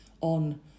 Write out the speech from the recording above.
on